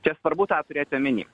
čia svarbu tą turėti omeny